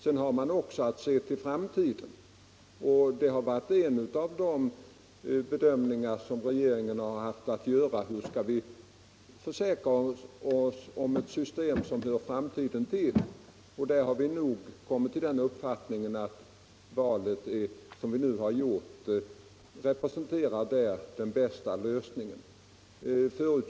Man har också att se till framtiden. En av de bedömningar som regeringen haft att göra har varit: Hur skall vi försäkra oss om ett system som hör framtiden till? Vi har kommit till den uppfattningen att det val vi nu har gjort representerar den bästa lösningen.